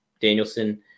Danielson